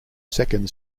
second